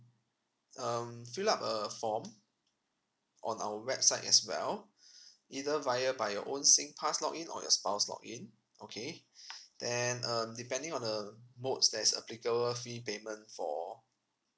um fill up a form on our website as well either via by your own singpass log in or your spouse log in okay then um depending on the modes that is applicable fee payment for